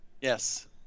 yes